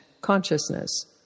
consciousness